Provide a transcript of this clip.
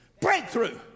breakthrough